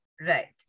Right